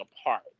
apart